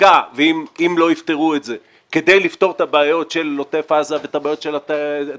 חקיקה כדי לפתור את הבעיות של עוטף עזה ואת הבעיות של התיירנים,